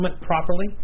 properly